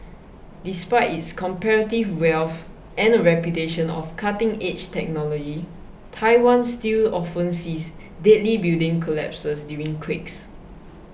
despite its comparative wealth and a reputation of cutting edge technology Taiwan still often sees deadly building collapses during quakes